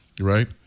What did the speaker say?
right